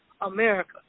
America